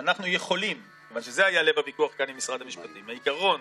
כנראה שמשבר הקורונה הכלכלי,